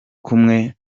kumwe